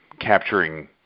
capturing